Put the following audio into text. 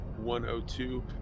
102